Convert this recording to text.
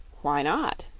why not?